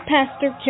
Pastor